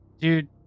Dude